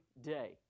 day